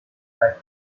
magnate